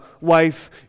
wife